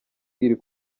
iri